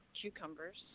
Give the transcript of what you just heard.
cucumbers